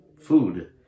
food